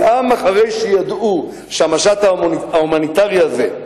גם אחרי שידעו שהמשט ההומניטרי הזה,